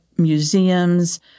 Museums